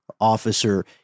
officer